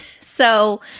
So-